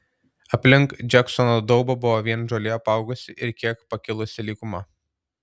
aplink džeksono daubą buvo vien žole apaugusi ir kiek pakilusi lyguma